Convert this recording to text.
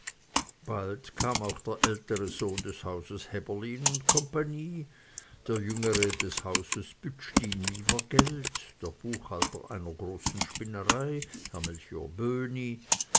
bald kam auch der ältere sohn des hauses häberlin und cie der jüngere des hauses pütschli nievergelt der buchhalter einer großen spinnerei